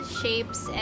shapes